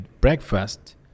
breakfast